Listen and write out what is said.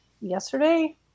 yesterday